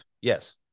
yes